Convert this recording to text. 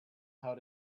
how